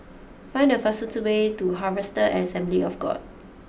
find the fastest way to Harvester Assembly of God